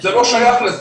זה לא שייך לזה.